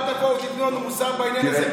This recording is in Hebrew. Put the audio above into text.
אל תיתנו לנו מוסר בעניין הזה,